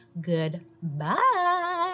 Goodbye